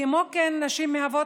כמו כן, נשים מהוות